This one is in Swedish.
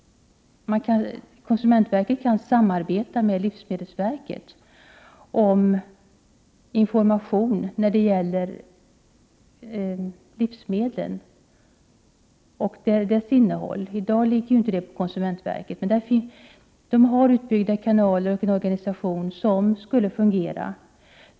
Konsumentverket kan samarbeta med livsmedelsverket när det gäller information om livsmedel och deras innehåll. I dag ligger inte denna uppgift på konsumentverket, men det finns där utbyggda kanaler och en organisation som skulle fungera.